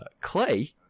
Clay